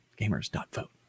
Gamers.vote